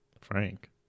Frank